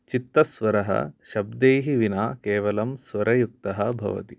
चित्तस्वरः शब्दैः विना केवलं स्वरयुक्तः भवति